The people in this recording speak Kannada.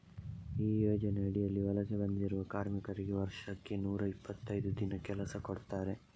ಈ ಯೋಜನೆ ಅಡಿಯಲ್ಲಿ ವಲಸೆ ಬಂದಿರುವ ಕಾರ್ಮಿಕರಿಗೆ ವರ್ಷಕ್ಕೆ ನೂರಾ ಇಪ್ಪತ್ತೈದು ದಿನ ಕೆಲಸ ಕೊಡ್ತಾರೆ